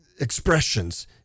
expressions